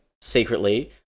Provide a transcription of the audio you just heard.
secretly